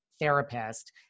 therapist